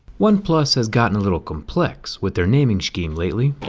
oneplus has gotten a little complex with their naming scheme lately.